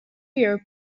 your